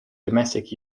domestic